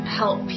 help